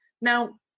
Now